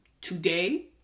today